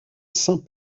saint